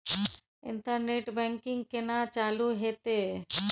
Internet banking केना चालू हेते?